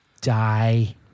Die